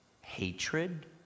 hatred